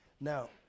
Now